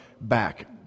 back